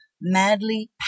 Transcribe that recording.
madly